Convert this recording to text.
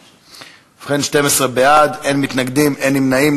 ובכן, 12 בעד, אין מתנגדים, אין נמנעים.